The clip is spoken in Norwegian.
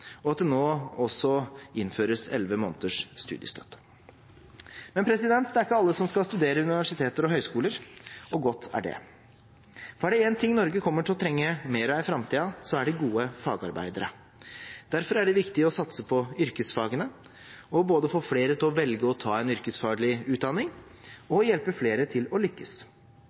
og at det nå også innføres elleve måneders studiestøtte. Men det er ikke alle som skal studere ved universiteter og høyskoler, og godt er det. Er det én ting Norge kommer til å trenge mer av i framtiden, er det gode fagarbeidere. Derfor er det viktig å satse på yrkesfagene, både å få flere til å velge å ta en yrkesfaglig utdanning og